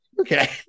Okay